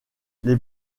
les